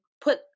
put